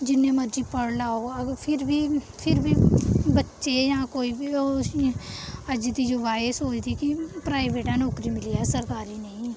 जि'न्ने मर्जी पढ़ लैओ फिर बी फिर बी बच्चे जां कोई बी होग अज्ज दी बाइस ऐ सोचदी कि प्राइवेट गै नौकरी मिली जा सरकारी नेईं